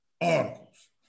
articles